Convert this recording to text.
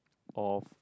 of